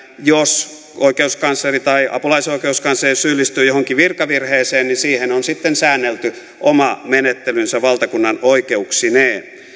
jos oikeuskansleri tai apulaisoikeuskansleri syyllistyy johonkin virkavirheeseen niin siihen on sitten säännelty oma menettelynsä valtakunnanoikeuksineen